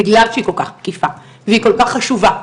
בגלל שהיא כל כך מקיפה והיא כל כך חשובה,